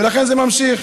ולכן זה ממשיך,